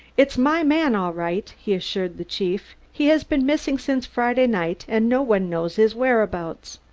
it's my man, all right, he assured the chief. he has been missing since friday night, and no one knows his whereabouts.